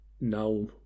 now